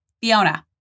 Fiona